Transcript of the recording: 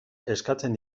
eskatzen